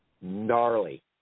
gnarly